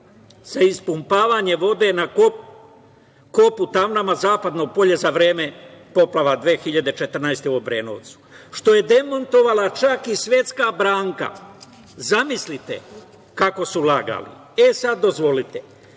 za ispumpavanje vode na kopu Tamanava-Zapadno polje za vreme poplava 2014. godine u Obrenovcu, što je demantovala čak i Svetska banka. Zamislite, kako su lagali.E, sada dozvolite,